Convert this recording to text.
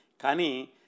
Kani